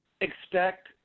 expect